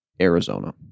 Arizona